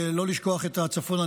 ולא לשכוח את הצפון.